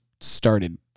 started